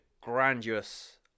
grandiose